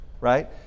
right